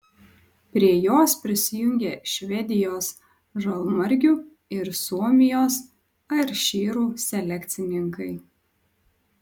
prie jos prisijungė švedijos žalmargių ir suomijos airšyrų selekcininkai